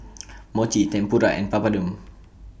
Mochi Tempura and Papadum